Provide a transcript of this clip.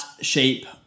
Shape